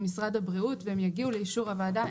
משרד הבריאות והם יגיעו לאישור הוועדה,